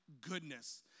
goodness